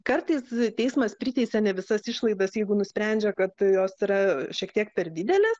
kartais teismas priteisia ne visas išlaidas jeigu nusprendžia kad jos yra šiek tiek per didelės